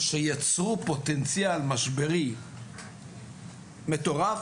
שיצרו פוטנציאל משברי מטורף.